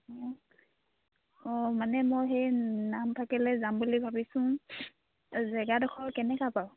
অঁ মানে মই সেই নামফাকেলৈ যাম বুলি ভাবিছোঁ জেগাডোখৰ কেনেকুৱা বাৰু